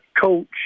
coach